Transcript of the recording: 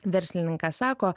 verslininkas sako